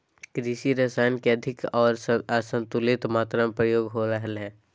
कृषि रसायन के अधिक आर असंतुलित मात्रा में प्रयोग हो रहल हइ